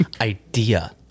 idea